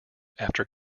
after